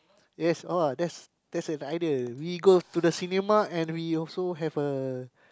yes all that's that's an idea we go to the cinema and we also have a